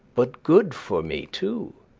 but good for me too.